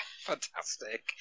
fantastic